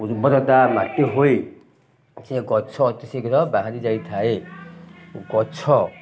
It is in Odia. ଉର୍ବରତା ମାଟି ହୋଇ ସେ ଗଛ ଅତି ଶୀଘ୍ର ବାହାରି ଯାଇଥାଏ ଗଛ